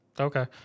Okay